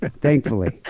thankfully